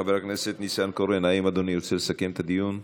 חבר הכנסת ניסנקורן: האם אדוני רוצה לסכם את הדיון?